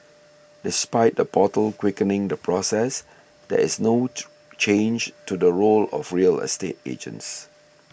despite the portal quickening the process there is no change to the role of real estate agents